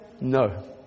no